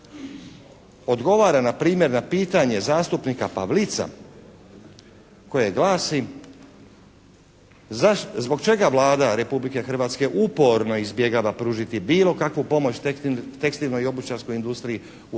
odgovara na primjerna pitanja zastupnika Pavlica koje glasi, zbog čega Vlada Republike Hrvatske uporno izbjegava pružiti bilo kakvu pomoć tekstilnoj i obućarskoj industriji u